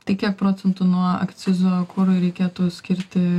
tai kiek procentų nuo akcizo kurui reikėtų skirti